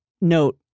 note